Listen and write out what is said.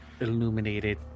illuminated